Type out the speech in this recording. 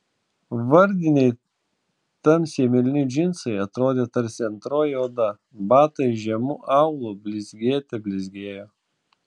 vardiniai tamsiai mėlyni džinsai atrodė tarsi antroji oda batai žemu aulu blizgėte blizgėjo